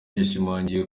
yashimangiye